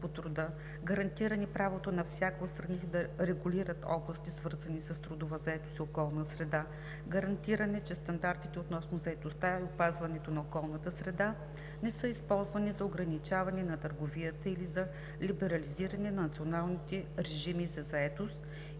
по труда; гарантиране правото на всяка от страните да регулира области, свързани с трудова заетост и околна среда; гарантиране, че стандартите относно заетостта и опазването на околната среда не са използвани за ограничаване на търговията или за либерализиране на националните режими за заетост и